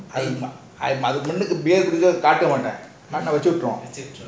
அது பொண்ணுக்கு காட்ட மாட்டான் காட்ட வெச்சி விட்டுருவான்:athu ponnuku kaata maatan kaaaata vechi vituruvan